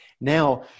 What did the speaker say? Now